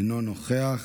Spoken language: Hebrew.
אינו נוכח,